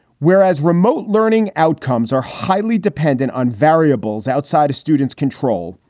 whereas remote learning outcomes are highly dependent on variables outside of students control,